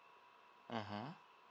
mmhmm